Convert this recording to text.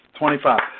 25